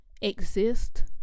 exist